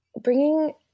bringing